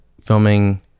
filming